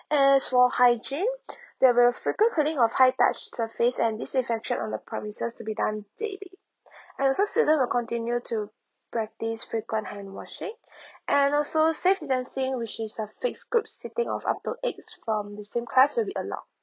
as for hygiene there'll frequent cleaning of high touched surface and this is fractioned on the to be done daily and also student will continue to practice frequent hand washing and also safe distancing which is uh fixed group sitting of up to eight from the same class will be allowed